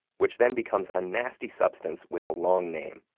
which then becomes a nasty substance with a long name